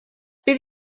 bydd